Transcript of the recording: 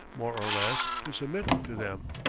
more or less, to submit to them.